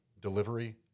delivery